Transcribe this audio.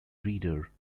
reader